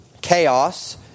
chaos